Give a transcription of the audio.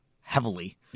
heavily